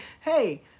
hey